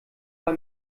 bei